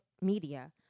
media